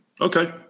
Okay